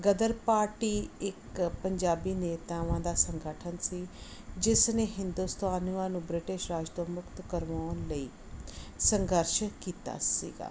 ਗਦਰ party ਇਕ ਪੰਜਾਬੀ ਨੇਤਾਵਾਂ ਦਾ ਸੰਗਠਨ ਸੀ ਜਿਸ ਨੇ ਹਿੰਦੁਸਤਾਨੀਆਂ ਨੂੰ ਬ੍ਰਿਟਿਸ਼ ਰਾਜ ਤੋਂ ਮੁਕਤ ਕਰਵਾਉਣ ਲਈ ਸੰਘਰਸ਼ ਕੀਤਾ ਸੀਗਾ